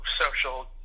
social